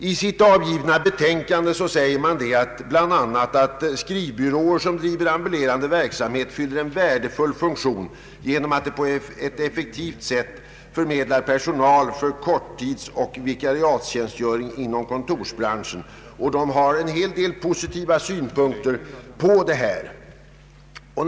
I det avgivna betänkandet anför utredningen bl.a. att skrivbyråer som bedriver ambulerande verksamhet fyller en värdefull funktion genom att de på ett effektivt sätt förmedlar personal för korttidsoch vikariattjänstgöring inom kontorsbranschen. Utredningens ledamöter har en hel del positiva synpunkter på dessa frågor.